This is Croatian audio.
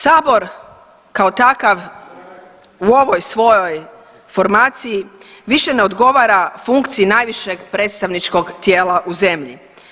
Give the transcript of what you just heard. Sabor kao takav u ovoj svojoj formaciji više ne odgovara funkciji najvišeg predstavničkog tijela u zemlji.